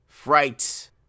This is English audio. Fright